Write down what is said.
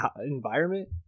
environment